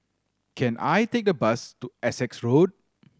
can I take a bus to Essex Road